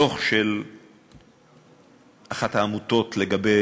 דוח של אחת העמותות לגבי